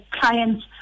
client's